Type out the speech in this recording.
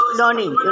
learning